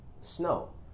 snow